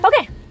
Okay